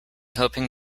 hoping